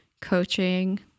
coaching